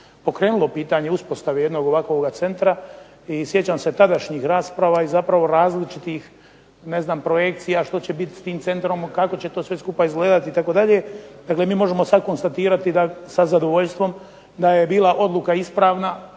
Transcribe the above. pokrenulo pitanje uspostave jednog ovakvog centra i sjećam se tadašnjih rasprava i zapravo različitih projekcija što će biti s tim centrom, kako će to sve skupa izgledati itd. Dakle, mi možemo sada konstatirati sa zadovoljstvom da je bila odluka ispravna